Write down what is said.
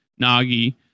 Nagi